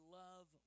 love